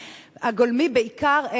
בעיקר,